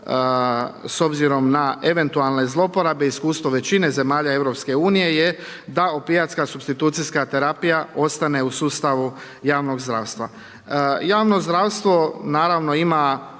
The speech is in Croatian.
s obzirom na eventualne zloporabe iskustvo većine zemalja Europske unije je da opijatska supstitucijska terapija ostane u sustavu javnog zdravstva.